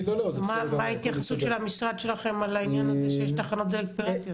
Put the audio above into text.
מה ההתייחסות של המשרד שלכם על העניין הזה שיש תחנות דלק פיראטיות?